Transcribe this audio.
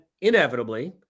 inevitably